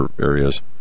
areas